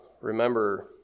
Remember